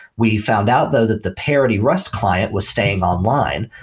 we found out though that the parity rust client was staying online.